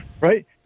right